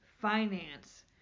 finance